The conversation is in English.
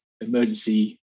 emergency